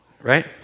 right